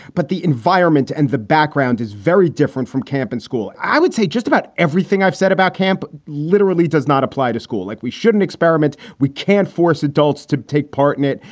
but the environment and the background is very different from camp in school. i would say just about everything i've said about camp literally does not apply to school. like we shouldn't experiment. we can't force adults to take part in it.